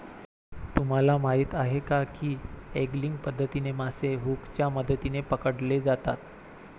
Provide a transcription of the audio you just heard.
तुम्हाला माहीत आहे का की एंगलिंग पद्धतीने मासे हुकच्या मदतीने पकडले जातात